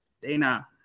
Dana